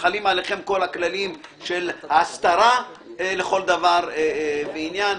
חלים עליכם כל הכללים של ההסתרה לכל דבר ועניין.